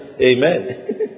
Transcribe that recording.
Amen